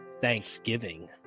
Thanksgiving